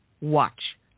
watch